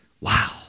Wow